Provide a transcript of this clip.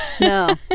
no